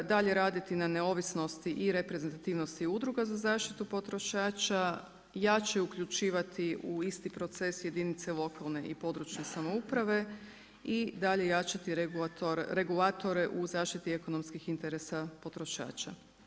Dalje raditi na neovisno i reprezentativnosti udruga za zaštitu potrošača, jače uključivati u isti proces jedinice lokalne i područne samouprave, i dalje jačati regulatore u zaštite ekonomskih interesa potrošača.